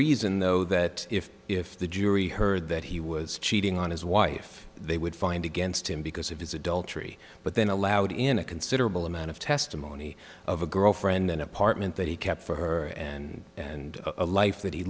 reason though that if if the jury heard that he was cheating on his wife they would find against him because of his adultery but then allowed in a considerable amount of testimony of a girlfriend an apartment that he kept for her and and a life that he